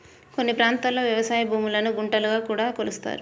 కొన్ని ప్రాంతాల్లో వ్యవసాయ భూములను గుంటలుగా కూడా కొలుస్తారు